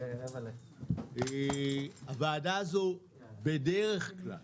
הוועדה הזו בדרך כלל